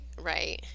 right